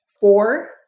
four